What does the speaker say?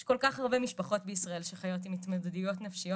יש כל כך הרבה משפחות בישראל שחיות עם התמודדויות נפשיות